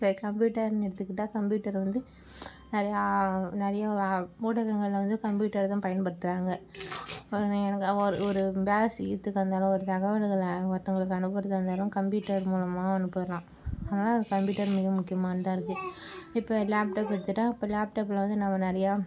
இப்ப கம்யூட்டர்னு எடுத்துகிட்டால் கம்யூட்டர் வந்து நிறையா நிறையா ஊடகங்களில் வந்து கம்யூட்டர் தான் பயன்படுத்துகிறாங்க அவங்க ஒரு ஒரு வேலை செய்கிறதுக்கா இருந்தாலும் ஒரு தகவல்களை ஒருத்தவங்களுக்கு அனுப்புறதாக இருந்தாலும் கம்யூட்டர் மூலமாக அனுப்பலாம் அதனால கம்யூட்டர் மிக முக்கியமானதாக இருக்குது இப்போ லேப்டப்பு எடுத்துகிட்டா இப்போ லேப்டப்பில் வந்து நம்ம நிறையா